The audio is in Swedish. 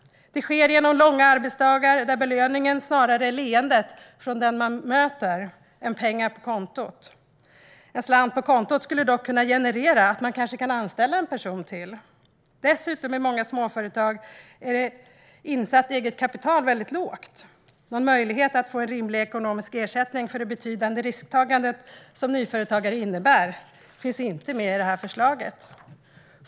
Det sker genom långa arbetsdagar där belöningen snarare är leendet från den man möter än pengar på kontot. En slant på kontot skulle dock kunna generera att man kan kanske kan anställa en person till. Dessutom är insatt eget kapital ofta väldigt lågt i många småföretag. Någon möjlighet att få en rimlig ekonomisk ersättning för det betydande risktagande som nyföretagande innebär finns inte med i förslaget.